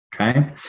Okay